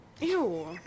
Ew